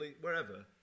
wherever